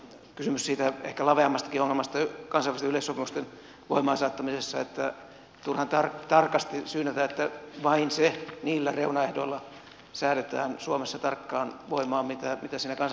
tässä on kysymys siitä ehkä laveammastakin ongelmasta kansainvälisten yleissopimusten voimaan saattamisessa että turhan tarkasti syynätään että se vain niillä reunaehdoilla säädetään suomessa tarkkaan voimaan jotka siinä kansainvälisessä sopimuksessa luetellaan